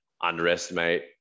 underestimate